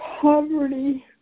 Poverty